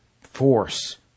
force